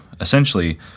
essentially